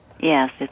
Yes